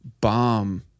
bomb